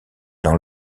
dans